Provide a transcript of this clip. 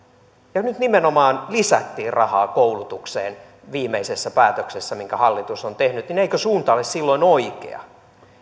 kun nyt nimenomaan lisättiin rahaa koulutukseen viimeisessä päätöksessä minkä hallitus on tehnyt niin eikö suunta ole silloin oikea